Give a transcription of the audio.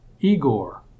Igor